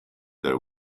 their